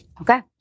Okay